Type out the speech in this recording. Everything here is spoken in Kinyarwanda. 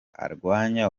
arwanya